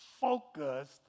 focused